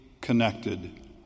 connected